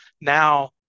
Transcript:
Now